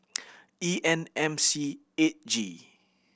E N M C eight G